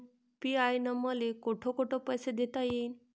UPI न मले कोठ कोठ पैसे देता येईन?